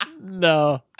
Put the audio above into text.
No